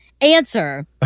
answer